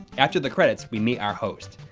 after the credits, we meet our host,